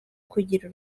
kugira